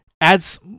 adds